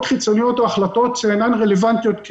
חיצוניות או החלטות שאינן רלוונטיות,